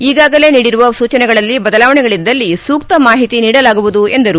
ಈಗಾಗಲೇ ನೀಡಿರುವ ಸೂಚನೆಗಳಲ್ಲಿ ಬದಲಾವಣೆಗಳಿದ್ದಳ್ಲಿ ಸೂಕ್ತ ಮಾಹಿತಿ ನೀಡಲಾಗುವುದು ಎಂದರು